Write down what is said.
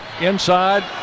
inside